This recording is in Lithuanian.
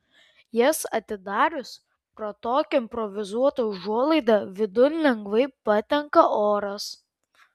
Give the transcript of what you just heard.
jas atidarius pro tokią improvizuotą užuolaidą vidun lengvai patenka oras